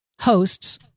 hosts